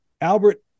Albert